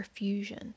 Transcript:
perfusion